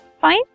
Fine